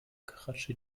karatschi